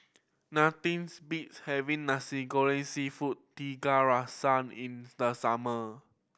nothings beats having Nasi Goreng Seafood Tiga Rasa in the summer